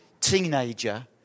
teenager